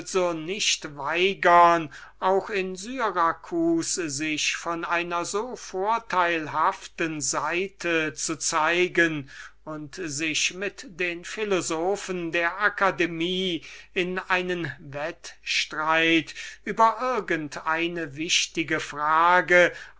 nicht weigern auch in syracus sich von einer so vorteilhaften seite zu zeigen und sich mit den philosophen seiner akademie in einen wettstreit über irgend eine interessante frage